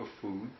food